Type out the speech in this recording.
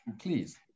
please